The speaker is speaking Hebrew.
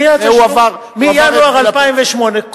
מינואר 2008,